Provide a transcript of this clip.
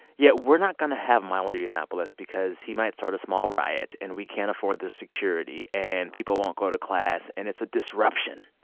yeah, we're not going to have milo yiannopoulos because he might start a small riot, and we can't afford the security, and people won't go to class, and it's a disruption?